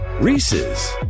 Reese's